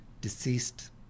deceased